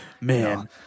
man